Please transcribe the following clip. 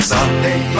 Sunday